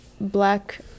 black